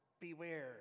Beware